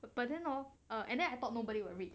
but but then hor uh and then I thought nobody would read